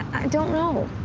don't know.